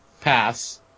pass